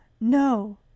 No